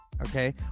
Okay